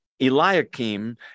Eliakim